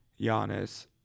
Giannis